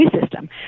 system